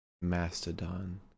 Mastodon